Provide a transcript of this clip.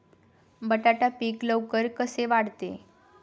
बटाटा पीक लवकर कसे वाढते?